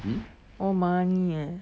all money eh